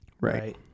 Right